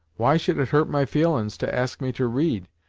why should it hurt my feelin's to ask me to read,